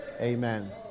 Amen